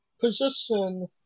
position